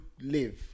live